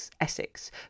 Essex